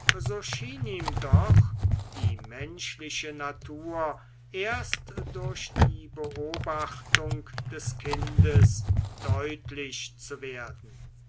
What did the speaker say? ihm doch die menschliche natur erst durch die beobachtung des kindes deutlich zu werden